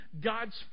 God's